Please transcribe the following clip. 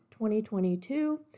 2022